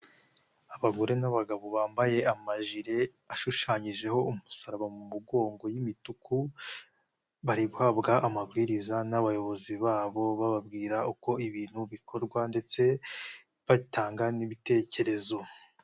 Abagore n'abagabo bambaye amajile ashushanyijeho umusaraba mu mugongo y'imituku, bari guhabwa amabwiriza n'abayobozi babo bababwira uko ibintu bikorwa ndetse batanga n'ibitekerezo.